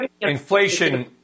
Inflation